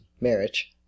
marriage